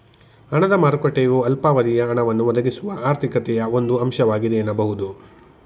ಹಣದ ಮಾರುಕಟ್ಟೆಯು ಅಲ್ಪಾವಧಿಯ ಹಣವನ್ನ ಒದಗಿಸುವ ಆರ್ಥಿಕತೆಯ ಒಂದು ಅಂಶವಾಗಿದೆ ಎನ್ನಬಹುದು